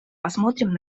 посмотрим